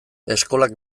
eskolak